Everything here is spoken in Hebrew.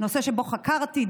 נושא שבו חקרתי,